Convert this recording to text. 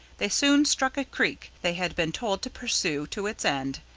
they soon struck a creek they had been told to pursue to its end,